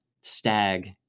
Stag